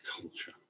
culture